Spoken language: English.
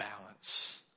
balance